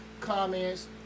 comments